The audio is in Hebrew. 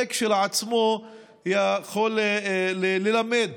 זה כשלעצמו יכול ללמד